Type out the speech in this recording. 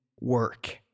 work